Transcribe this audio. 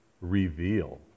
reveal